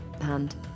hand